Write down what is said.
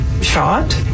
shot